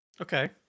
Okay